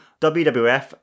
WWF